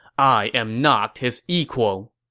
i am not his equal.